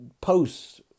posts